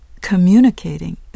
communicating